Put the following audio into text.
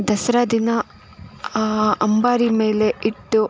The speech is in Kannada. ದಸರಾ ದಿನ ಆ ಅಂಬಾರಿ ಮೇಲೆ ಇಟ್ಟು